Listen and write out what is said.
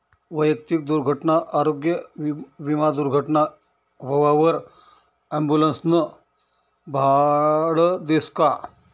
वैयक्तिक दुर्घटना आरोग्य विमा दुर्घटना व्हवावर ॲम्बुलन्सनं भाडं देस का?